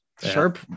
Sharp